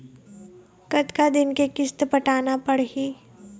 कतका दिन के किस्त पटाना पड़ही?